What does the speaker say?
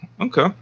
Okay